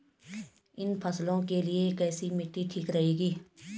इन फसलों के लिए कैसी मिट्टी ठीक रहेगी?